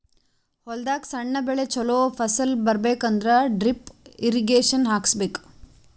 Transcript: ಹೊಲದಾಗ್ ಸಣ್ಣ ಬೆಳಿ ಚೊಲೋ ಫಸಲ್ ಬರಬೇಕ್ ಅಂದ್ರ ಡ್ರಿಪ್ ಇರ್ರೀಗೇಷನ್ ಹಾಕಿಸ್ಬೇಕ್